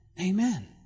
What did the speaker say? amen